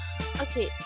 Okay